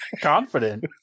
confident